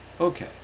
Okay